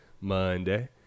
Monday